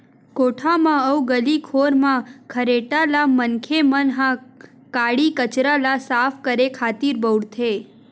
कोठा म अउ गली खोर म खरेटा ल मनखे मन ह काड़ी कचरा ल साफ करे खातिर बउरथे